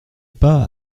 pas